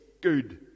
good